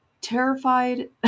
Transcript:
terrified